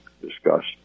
discussed